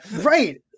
Right